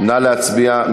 נא להצביע.